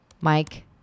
Mike